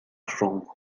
chambre